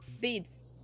beads